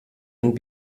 ein